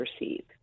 receive